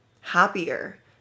happier